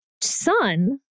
son